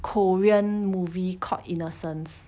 korean movie called innocence